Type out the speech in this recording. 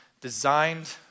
designed